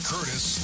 Curtis